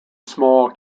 small